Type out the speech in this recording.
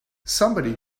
somebody